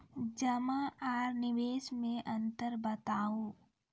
जमा आर निवेश मे अन्तर बताऊ?